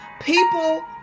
people